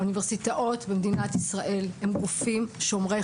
האוניברסיטאות במדינת ישראל הן גופים שומרי